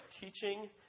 teaching